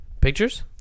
Pictures